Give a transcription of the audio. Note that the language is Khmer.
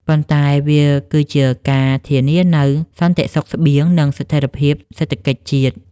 ប៉ុន្តែវាគឺជាការធានានូវសន្តិសុខស្បៀង និងស្ថិរភាពសេដ្ឋកិច្ចជាតិ។